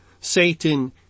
Satan